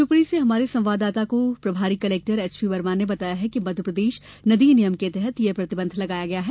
शिवपुरी से हमारे संवाददाता को प्रभारी कलेक्टर एचपी वर्मा ने बताया है कि मध्यप्रदेश नदीय नियम के तहत यह प्रतिबंध लगाया गया है